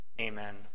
Amen